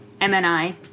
MNI